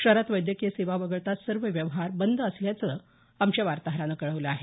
शहरात वैद्यकीय सेवा वगळता सर्व व्यवहार बंद असल्याचं आमच्या वार्ताहरानं कळवलं आहे